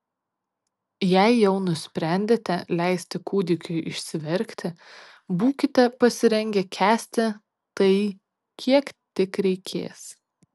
jei jau nusprendėte leisti kūdikiui išsiverkti būkite pasirengę kęsti tai kiek tik reikės